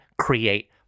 create